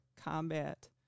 combat